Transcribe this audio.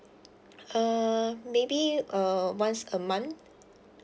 uh maybe uh once a month